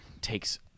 takes